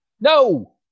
No